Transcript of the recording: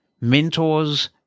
mentors